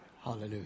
Hallelujah